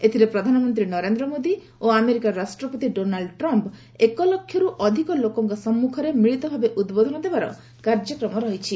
ଏଥିରେ ପ୍ରଧାନମନ୍ତ୍ରୀ ନରେନ୍ଦ୍ର ମୋଦି ଓ ଆମେରିକା ରାଷ୍ଟ୍ରପତି ଡୋନାଲ୍ଡ ଟ୍ରମ୍ପ ଏକଲକ୍ଷରୁ ଅଧିକ ଲୋକଙ୍କ ସମ୍ମୁଖରେ ମିଳିତ ଭାବେ ଉଦ୍ବୋଧନ ଦେବାର କାର୍ଯ୍ୟକ୍ରମ ରହିଛି